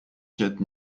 quatre